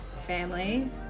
Family